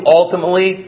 ultimately